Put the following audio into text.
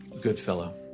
Goodfellow